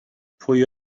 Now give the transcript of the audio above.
pwy